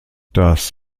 das